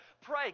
pray